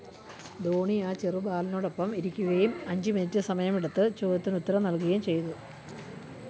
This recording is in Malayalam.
സ് ധോണി ആ ചെറുബാലനോടൊപ്പം ഇരിക്കുകയും അഞ്ച് മിനിറ്റ് സമയം എടുത്ത് ചോദ്യത്തിന് ഉത്തരം നൽകുകയും ചെയ്തു